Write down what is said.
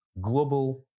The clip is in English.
Global